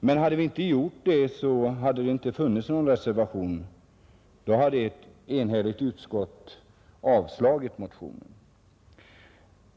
Men hade vi inte gjort det, så skulle det inte ha funnits någon reservation — då hade ett enhälligt utskott avstyrkt motionen.